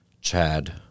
Chad